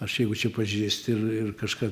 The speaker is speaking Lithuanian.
aš jeigu čia pažiūrėsit ir ir kažką